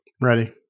Ready